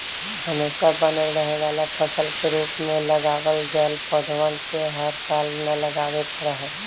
हमेशा बनल रहे वाला फसल के रूप में लगावल गैल पौधवन के हर साल न लगावे पड़ा हई